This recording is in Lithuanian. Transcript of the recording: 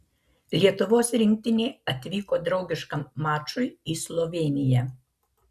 lietuvos rinktinė atvyko draugiškam mačui į slovėniją